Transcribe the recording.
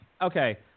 okay